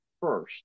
first